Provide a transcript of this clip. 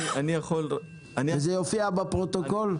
זה יופיע בפרוטוקול?